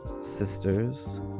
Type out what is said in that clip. Sisters